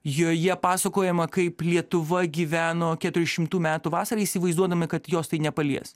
joje pasakojama kaip lietuva gyveno keturišimtų metų vasarą įsivaizduodami kad jos tai nepalies